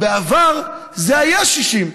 בעבר זה היה 60,